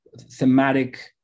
thematic